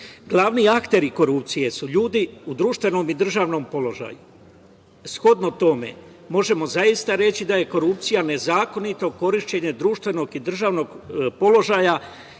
akteri korupcije su ljudi u društvenom i državnom položaju. Shodno tome, možemo zaista reći da je korupcija nezakonito korišćenje društvenog i državnog položaja